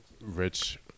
Rich